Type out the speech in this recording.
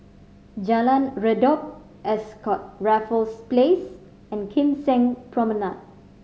Jalan Redop Ascott Raffles Place and Kim Seng Promenade